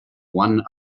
one